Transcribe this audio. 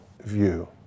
view